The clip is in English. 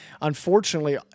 unfortunately